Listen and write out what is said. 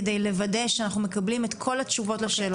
כדי לוודא שאנחנו מקבלים את כל התשובות לשאלות.